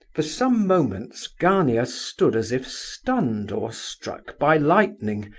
for some moments gania stood as if stunned or struck by lightning,